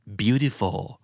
beautiful